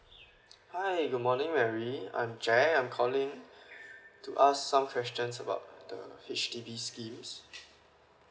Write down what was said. hi good morning mary I'm jack I'm calling to ask some questions about the H_D_B schemes